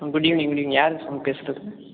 good evening good evening நீங்கள் யார் sir பேசுகிறது